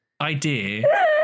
idea